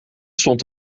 stond